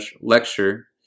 lecture